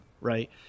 Right